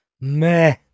Meh